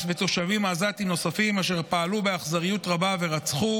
ותושבים עזתים נוספים אשר פעלו באכזריות רבה ורצחו